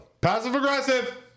passive-aggressive